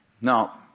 Now